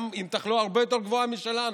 גם עם התחלואה הרבה יותר גבוהה משלנו,